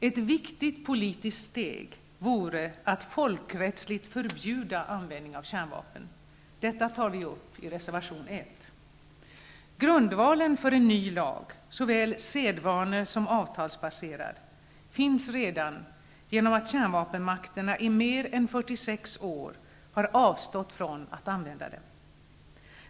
Ett viktigt politiskt steg vore att folkrättsligt förbjuda användning av kärnvapen. Detta tar vi upp i reservation 1. Grundvalen för en ny lag, såväl sedvane som avtalsbaserad, finns redan genom att kärnvapenmakterna i mer än 46 år har avstått från att använda dem.